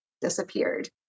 disappeared